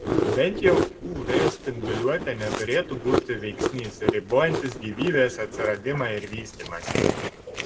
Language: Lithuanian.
bent jau uv spinduliuotė neturėtų būti veiksnys ribojantis gyvybės atsiradimą ir vystymąsi